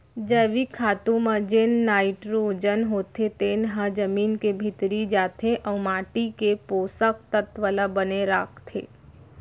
जैविक खातू म जेन नाइटरोजन होथे तेन ह जमीन के भीतरी जाथे अउ माटी के पोसक तत्व ल बने राखथे